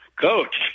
coach